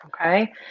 Okay